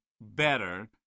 Better